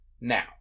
Now